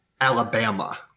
Alabama